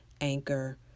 Anchor